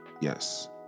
Yes